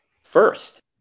first